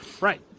Right